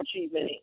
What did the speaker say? achievement